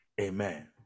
amen